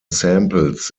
samples